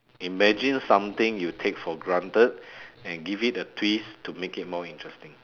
imagine something you take for granted and give it a twist to make it more interesting